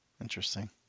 Interesting